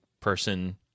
person